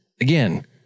Again